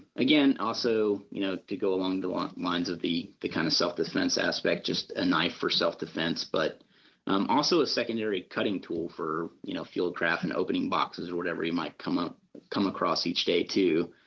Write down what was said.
again also you know to go along the lines of the the kind of self-defense aspect, just a knife for self-defense. but um also a secondary cutting tool for you know field trap and opening boxes or whatever you might come um come across each day too,